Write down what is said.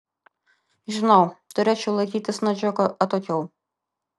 žinau turėčiau laikytis nuo džeko atokiau